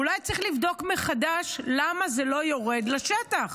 אולי צריך לבדוק מחדש למה זה לא יורד לשטח.